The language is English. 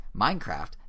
Minecraft